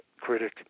critic